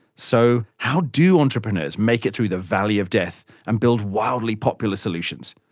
so, how do entrepreneurs make it through the valley of death and build wildly popular solutions?